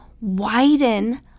widen